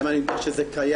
האם אני אומר שזה קיים?